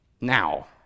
Now